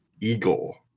Eagle